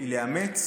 לאמץ.